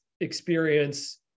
experience